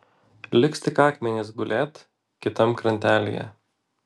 liks tik akmenys gulėt kitam krantelyje